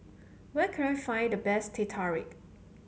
where can I find the best Teh Tarik